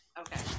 okay